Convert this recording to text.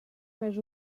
més